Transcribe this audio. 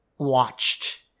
watched